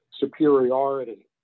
superiority